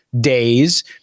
days